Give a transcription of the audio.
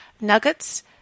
nuggets